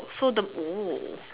so the